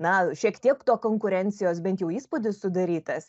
na šiek tiek to konkurencijos bent jau įspūdis sudarytas